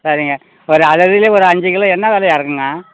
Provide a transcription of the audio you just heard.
சரிங்க ஒரு அததுலையும் ஒரு அஞ்சு கிலோ என்னா விலையா இருக்குங்கணா